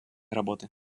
работы